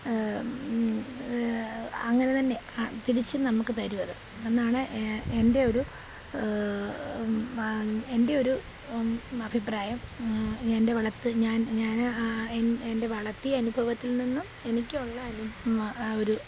അങ്ങനെ തന്നെ തിരിച്ചും നമുക്ക് തരും അത് എന്നാണ് എൻ്റെ ഒരു എൻ്റെ ഒരു അഭിപ്രായം എൻ്റെ വളർത്ത് ഞാൻ ഞാൻ എൻ്റെ വളർത്തിയ അനുഭവത്തിൽ നിന്നും എനിക്ക് ഉള്ള അനുഭവം ഒരു